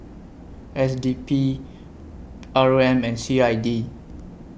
S D P R O M and C I D